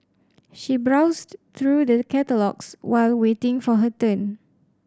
she browsed through the catalogues while waiting for her turn